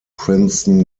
princeton